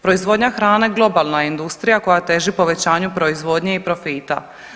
Proizvodnja hrane globalna je industrija koja teži povećanju proizvodnje i profita.